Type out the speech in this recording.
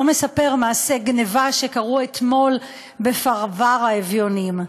או מספר מעשי גנבה שקרו אתמול בפרבר האביונים.